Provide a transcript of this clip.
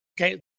Okay